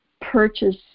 purchase